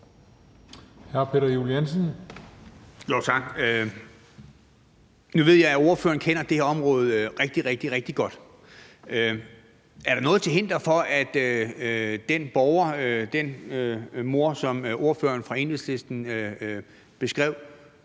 Nu ved jeg jo, at ordføreren kender det her område rigtig, rigtig godt. Er der noget til hinder for, at hjemkommunen for den borger, den mor, som ordføreren fra Enhedslisten beskrev,